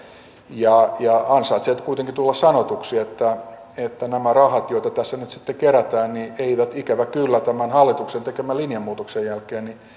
ja ja ansaitsee nyt kuitenkin tulla sanotuksi että että nämä rahat joita tässä nyt sitten kerätään eivät ikävä kyllä tämän hallituksen tekemän linjanmuutoksen jälkeen